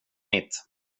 mitt